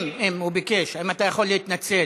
אם, הוא ביקש, אתה יכול להתנצל